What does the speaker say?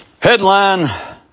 Headline